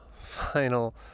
final